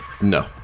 No